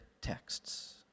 texts